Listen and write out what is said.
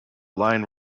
line